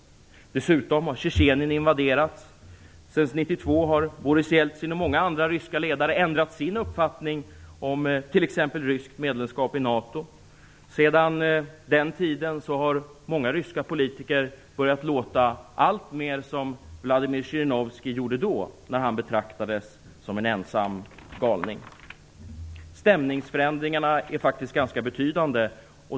Dessutom har Tjetjenien invaderats. Sedan 1992 har Boris Jeltsin och många andra ryska ledare ändrat sina uppfattningar om t.ex. ryskt medlemskap i NATO. Sedan den tiden har många ryska politiker börjat låta alltmer som Vladimir Zjirinovskij gjorde då när han betraktades som en ensam galning. Stämningsförändringarna är faktiskt ganska betydande.